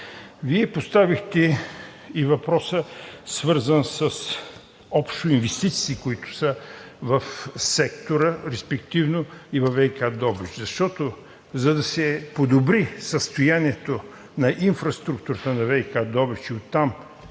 Вие поставихте и въпроса, свързан с инвестициите общо, които са в сектора, респективно и във ВиК Добрич. За да се подобри състоянието на инфраструктурата на ВиК Добрич и оттам